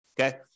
okay